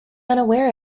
unaware